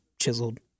chiseled